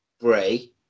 Bray